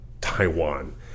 Taiwan